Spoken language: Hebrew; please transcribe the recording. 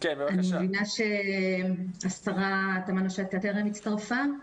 אני מבינה שהשרה תמנו שטה טרם הצטרפה.